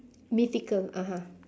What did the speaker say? mythical (uh huh)